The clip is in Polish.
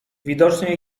widocznie